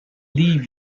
leave